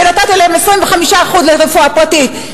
ונתתם להם 25% לרפואה פרטית.